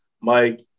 Mike